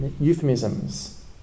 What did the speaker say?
euphemisms